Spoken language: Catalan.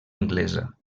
anglesa